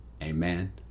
Amen